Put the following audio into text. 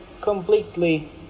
completely